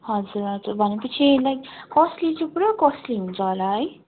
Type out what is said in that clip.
हजुर हजुर भनेपछिलाई कस्टली चाहिँ पुरा कस्टली हुन्छ होला है